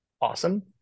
awesome